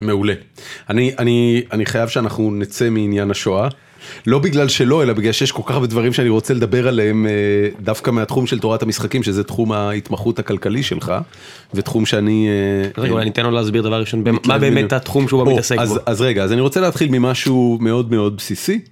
מעולה אני אני אני חייב שאנחנו נצא מעניין השואה לא בגלל שלא אלא בגלל שיש כל כך הרבה דברים שאני רוצה לדבר עליהם דווקא מהתחום של תורת המשחקים שזה תחום ההתמחות הכלכלי שלך. ותחום שאני... ניתן לו להסביר דבר ראשון מה באמת התחום שהוא מתעסק אז אז רגע אז אני רוצה להתחיל ממשהו מאוד מאוד בסיסי.